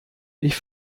ich